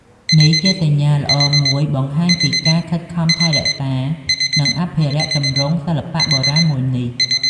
នេះជាសញ្ញាល្អមួយបង្ហាញពីការខិតខំថែរក្សា និងអភិរក្សទម្រង់សិល្បៈបុរាណមួយនេះ។